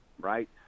right